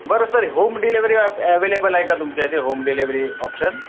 बरं sir home delivery app available आहे का तुमच्या इथे होम डिलेव्हरी ऑप्शन